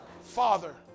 Father